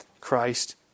Christ